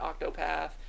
Octopath